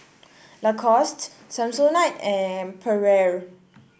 Lacoste Samsonite and Perrier